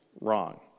Wrong